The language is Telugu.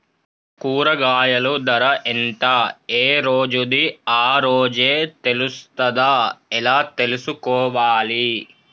కూరగాయలు ధర ఎంత ఏ రోజుది ఆ రోజే తెలుస్తదా ఎలా తెలుసుకోవాలి?